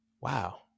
wow